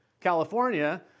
California